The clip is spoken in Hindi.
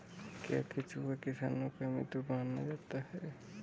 क्या केंचुआ किसानों का मित्र माना जाता है?